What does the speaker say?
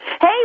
Hey